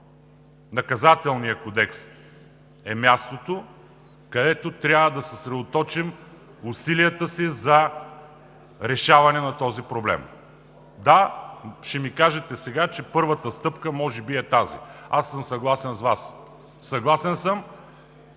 Наказателният кодекс е мястото, където трябва да съсредоточим усилията си за решаване на този проблем. Да, ще ми кажете сега, че първата стъпка може би е тази. Аз съм съгласен с Вас, съгласен съм,